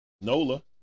Nola